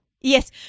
Yes